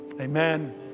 Amen